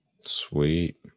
Sweet